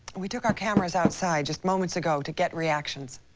we took our cameras outside just moments ago to get reactions.